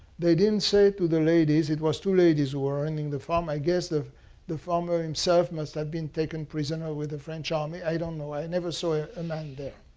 they didn't say to the ladies it was two ladies who were running the farm. i guess the the farmer himself must have been taken prisoner with the french army. i don't know. i never saw a man there.